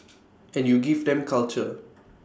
and you give them culture